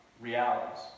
realities